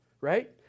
right